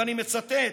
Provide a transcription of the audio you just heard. ואני מצטט: